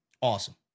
Awesome